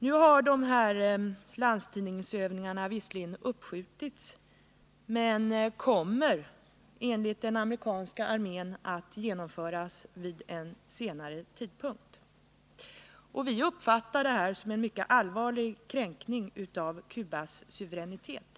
Nu har landstigningsövningarna visserligen upp skjutits, men de kommer enligt amerikanska armén att genomföras vid en senare tidpunkt. Vi uppfattar detta som en mycket allvarlig kränkning av Cubas suveränitet.